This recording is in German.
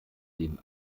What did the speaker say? denen